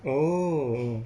oh